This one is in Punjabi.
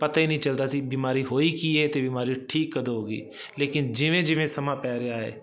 ਪਤਾ ਹੀ ਨਹੀਂ ਚੱਲਦਾ ਸੀ ਬਿਮਾਰੀ ਹੋਈ ਕੀ ਹੈ ਅਤੇ ਬਿਮਾਰੀ ਠੀਕ ਕਦੋਂ ਹੋ ਗਈ ਲੇਕਿਨ ਜਿਵੇਂ ਜਿਵੇਂ ਸਮਾਂ ਪੈ ਰਿਹਾ ਹੈ